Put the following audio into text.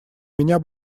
меня